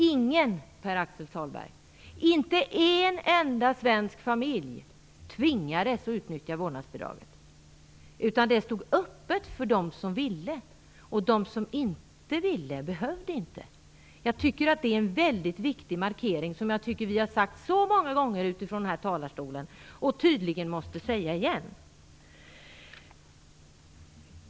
Ingen, inte en enda svensk familj, tvingades utnyttja vårdnadsbidraget, utan det stod öppet för dem som ville. De som inte ville behövde inte. Jag tycker att det är en väldigt viktig markering som vi gjort så många gånger från denna talarstolen och tydligen måste göra igen.